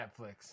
Netflix